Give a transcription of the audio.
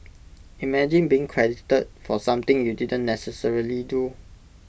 imagine being credited for something you didn't necessarily do